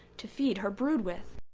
to feed her brood with.